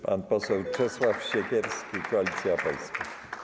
Pan poseł Czesław Siekierski, Koalicja Polska.